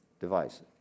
device